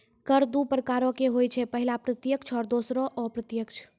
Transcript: कर दु प्रकारो के होय छै, पहिला प्रत्यक्ष आरु दोसरो अप्रत्यक्ष